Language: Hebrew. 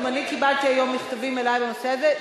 גם אני קיבלתי היום מכתבים אלי בנושא הזה,